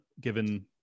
given